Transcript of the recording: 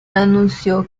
anunció